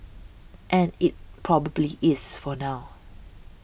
and it probably is for now